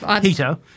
Peter